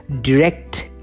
direct